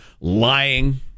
lying